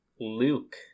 Luke